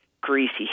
greasy